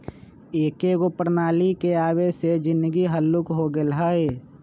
एकेगो प्रणाली के आबे से जीनगी हल्लुक हो गेल हइ